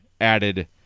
added